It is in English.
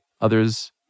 Others